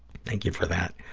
thank you for that.